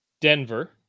denver